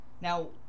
Now